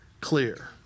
clear